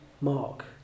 mark